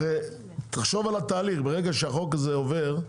הרי תחשוב על התהליך, ברגע שהחוק הזה עובר,